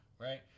right